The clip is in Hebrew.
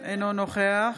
אינו נוכח